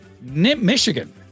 Michigan